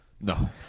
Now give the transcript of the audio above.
No